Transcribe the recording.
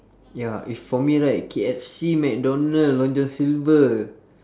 ya if for me right K_F_C mcdonald long john silver